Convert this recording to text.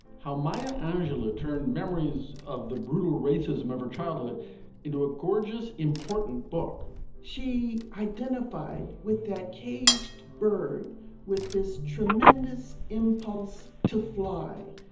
how maya angelou turned memories of the brutal racism of her childhood into a gorgeous, important book she identified with that caged bird with this tremendous impulse to fly,